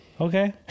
okay